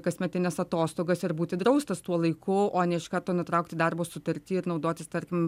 kasmetines atostogas ir būti draustas tuo laiku o ne iš karto nutraukti darbo sutartį ir naudotis tarkim